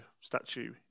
statue